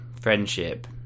friendship